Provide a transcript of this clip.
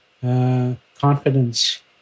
confidence